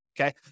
okay